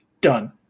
Done